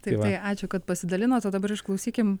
taip tai ačiū kad pasidalinot o dabar išklausykim